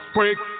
Break